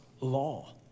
law